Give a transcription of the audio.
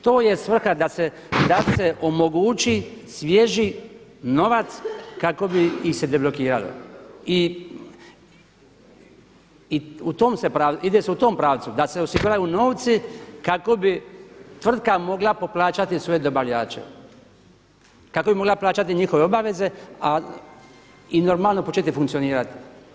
To je svrha da se omogući svježi novac kako bi ih se deblokiralo i ide se u tom pravcu da se osiguraju novci kako bi tvrtka mogla poplaćati svoje dobavljače, kako bi mogla plaćati njihove obaveze i normalno početi funkcionirati.